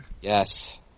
Yes